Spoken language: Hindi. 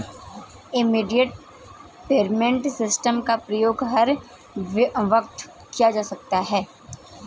इमीडिएट पेमेंट सिस्टम का प्रयोग हर वक्त किया जा सकता है